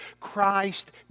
Christ